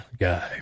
guy